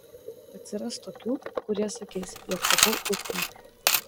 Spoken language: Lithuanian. atsiras tokių kurie sakys jog tapau auka